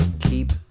keep